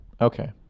Okay